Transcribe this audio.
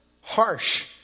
harsh